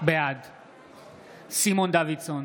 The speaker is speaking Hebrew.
בעד סימון דוידסון,